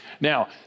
Now